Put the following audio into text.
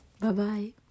Bye-bye